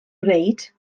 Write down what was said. gwneud